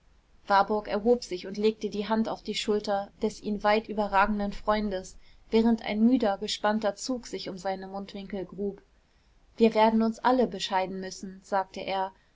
warburg erhob sich und legte die hand auf die schulter des ihn weit überragenden freundes während ein müder gespannter zug sich um seine mundwinkel grub wir werden uns alle bescheiden müssen sagte er